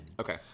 Okay